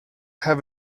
have